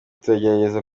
tuzagerageza